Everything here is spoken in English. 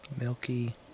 Milky